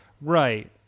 right